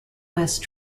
west